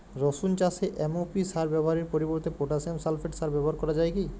রসুন চাষে এম.ও.পি সার ব্যবহারের পরিবর্তে পটাসিয়াম সালফেট সার ব্যাবহার করা যায় কি?